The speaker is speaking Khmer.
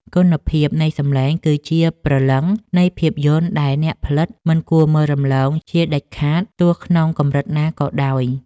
គុណភាពនៃសំឡេងគឺជាព្រលឹងនៃភាពយន្តដែលអ្នកផលិតមិនគួរមើលរំលងជាដាច់ខាតទោះក្នុងកម្រិតណាក៏ដោយ។